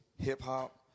hip-hop